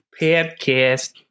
podcast